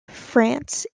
france